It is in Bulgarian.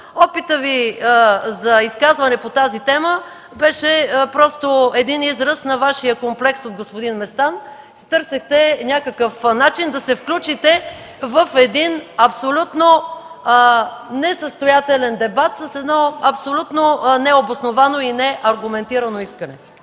опитът Ви за изказване по тази тема беше просто един израз на Вашия комплекс от господин Местан, търсехте някакъв начин да се включите в един абсолютно несъстоятелен дебат с абсолютно необосновано и неаргументирано искане.